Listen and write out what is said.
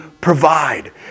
provide